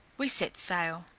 we set sail,